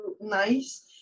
nice